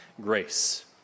grace